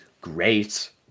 great